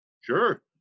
sure